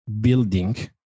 building